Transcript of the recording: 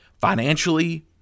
financially